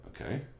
Okay